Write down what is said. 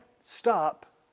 stop